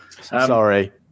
sorry